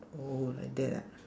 oh like that ah